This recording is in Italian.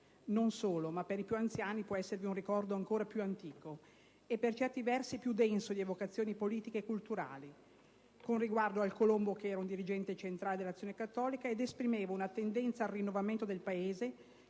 però, perché per i più anziani può esservi un ricordo ancora più antico e, per certi versi, più denso di evocazioni politiche e culturali, con riguardo al Colombo che era un dirigente centrale dell'Azione cattolica ed esprimeva una tendenza al rinnovamento del Paese